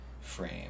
frame